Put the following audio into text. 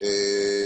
על חוק הבחירות.